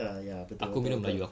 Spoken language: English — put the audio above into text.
ah ya aku tahu aku tahu